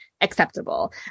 acceptable